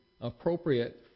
appropriate